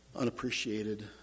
Unappreciated